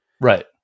Right